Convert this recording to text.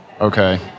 Okay